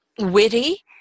witty